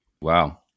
Wow